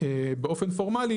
באופן פורמלי,